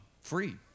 free